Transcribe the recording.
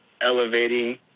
elevating